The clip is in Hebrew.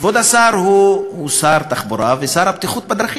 וכבוד השר הוא שר התחבורה ושר הבטיחות בדרכים.